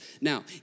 Now